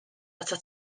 atat